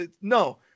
No